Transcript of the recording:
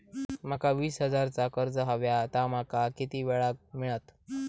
माका वीस हजार चा कर्ज हव्या ता माका किती वेळा क मिळात?